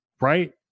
right